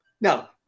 Now